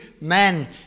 men